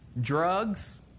drugs